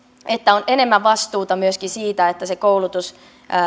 että on enemmän vastuuta myöskin siitä että se koulutus